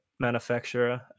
manufacturer